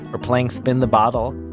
or playing spin the bottle,